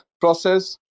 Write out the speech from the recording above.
process